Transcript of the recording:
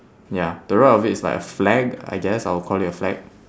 ya to the right of it is like a flag I guess I would call it a flag